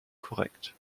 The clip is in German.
korrekt